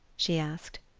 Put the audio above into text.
she asked.